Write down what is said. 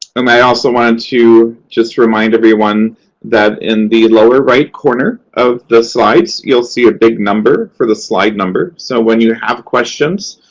um i also wanted to just remind everyone that in the lower right corner of the slides, you'll see a big number for the slide number. so when you have questions,